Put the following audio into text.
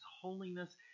holiness